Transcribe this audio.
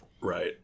Right